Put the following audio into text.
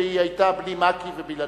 שהיא היתה בלי מק"י ובלעדיה.